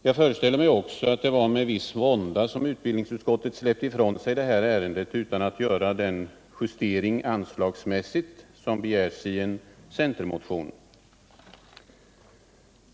Jag föreställer mig också att det var med viss vånda som utskottet släppte ifrån sig det här ärendet utan att göra den justering anslagsmässigt som begärts i en centermotion.